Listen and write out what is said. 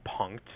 Punked